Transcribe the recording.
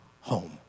home